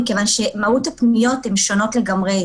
מכיוון שמהות הפניות שונה לגמרי.